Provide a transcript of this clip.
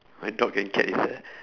my dog and cat is there